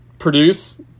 produce